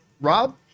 rob